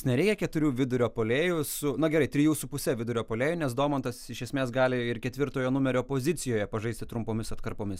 nereikia keturių vidurio puolėjų su na gerai trijų su puse vidurio puolėjų nes domantas iš esmės gali ir ketvirtojo numerio pozicijoje pažaisti trumpomis atkarpomis